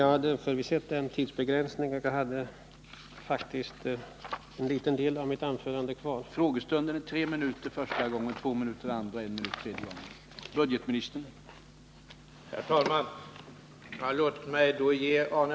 Jag har förbisett tidsbegränsningen, och jag har faktiskt en del kvar av mitt anförande. Jag ber att få återkomma.